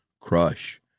crush